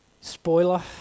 Spoiler